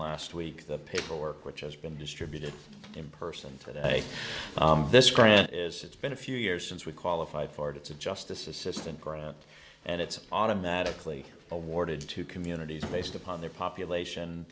last week the paperwork which has been distributed in person today this grant is it's been a few years since we qualified for it it's a justice is system grant and it's automatically awarded to communities based upon their population